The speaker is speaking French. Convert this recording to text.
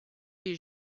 les